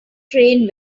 trained